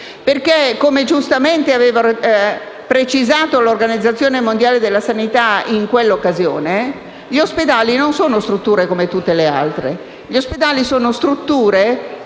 Infatti, come giustamente aveva precisato l'Organizzazione mondiale della sanità in quell'occasione, gli ospedali non sono strutture come tutte le altre: